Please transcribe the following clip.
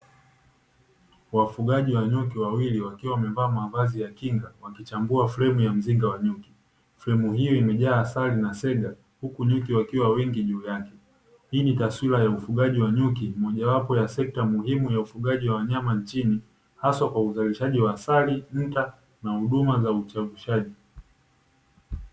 Wafugaji wa nyuki wawili wakiwa wamevaa mavazi ya kinga wakichambua fremu ya mzinga wa nyuki, fremu hiyo imejaa asali na sega huku nyuki wakiwa wengi juu yake, hii ni taswira ya ufugaji wa nyuki mojawapo ya sekta muhimu ya ufugaji wa wanyama nchini haswa kwa uzalishaji wa asali, nta na huduma za uchavushaji.